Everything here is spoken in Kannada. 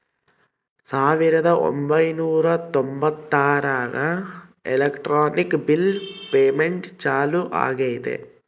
ಸಾವಿರದ ಒಂಬೈನೂರ ತೊಂಬತ್ತರಾಗ ಎಲೆಕ್ಟ್ರಾನಿಕ್ ಬಿಲ್ ಪೇಮೆಂಟ್ ಚಾಲೂ ಆಗೈತೆ